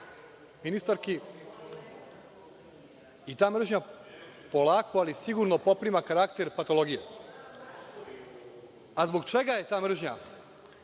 ministarki. Ta mržnja polako, ali sigurno poprima karakter patologije. Zbog čega je ta